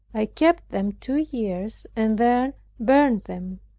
i kept them two years, and then burned them,